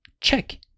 check